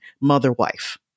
mother-wife